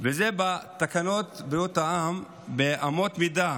וזה בתקנות בריאות העם (אמות מידה